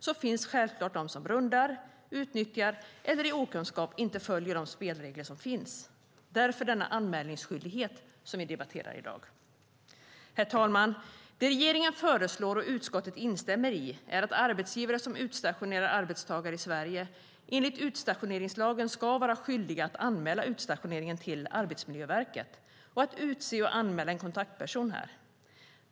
Men det finns självklart de som rundar, utnyttjar eller i okunskap inte följer de spelregler som finns - därför denna anmälningsskyldighet som vi debatterar i dag. Herr talman! Det regeringen föreslår och utskottet instämmer i är att arbetsgivare som utstationerar arbetstagare i Sverige enligt utstationeringslagen ska vara skyldiga att anmäla utstationeringen till Arbetsmiljöverket och att utse och anmäla en kontaktperson här.